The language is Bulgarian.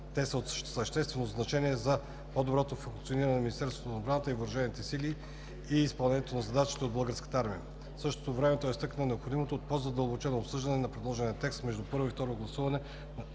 те са от съществено значение за по-доброто функциониране на Министерството на отбраната и въоръжените сили и изпълнението на задачите от Българската армия. В същото време той изтъкна необходимостта от по-задълбочено обсъждане на предложения текст между първо и второ гласуване